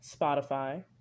Spotify